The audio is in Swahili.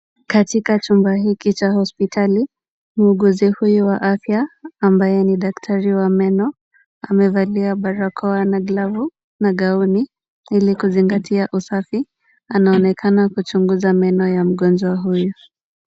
Katika chumba hiki cha hospitali, muuguzi huyu ambaye ni daktari wa meno, amevalia barakoa na glavu na gauni ili kuzingatia usafi. Anaonekana kuchunguza meno ya mgonjwa huyu.